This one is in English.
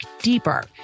deeper